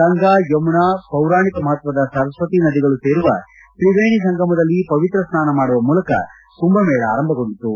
ಗಂಗಾ ಯಮುನಾ ಪೌರಾಣಿಕ ಮಹತ್ವದ ಸರಸ್ವತಿ ನದಿಗಳು ಸೇರುವ ತ್ರಿವೇಣಿ ಸಂಗಮದಲ್ಲಿ ಪವಿತ್ರ ಸ್ನಾನ ಮಾಡುವ ಮೂಲಕ ಕುಂಭ ಮೇಳ ಆರಂಭಗೊಂಡಿತು